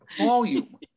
volume